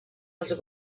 els